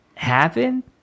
Happen